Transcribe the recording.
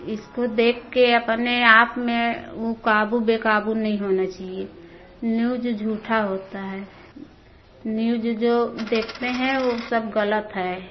इसको देखके अपने आप में उ क़ाबू बेक़ाबू नहीं होने चाहिए न्यूज झूठा होता है न्यूज जो देखते हैं वो सब गलत हैं